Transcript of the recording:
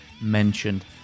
mentioned